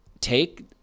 take